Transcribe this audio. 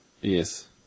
Yes